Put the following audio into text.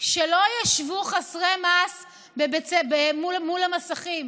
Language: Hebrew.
שלא ישבו חסרי מעש מול המסכים,